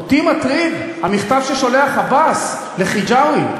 אותי מטריד המכתב ששולח עבאס לחיג'אזי,